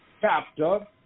chapter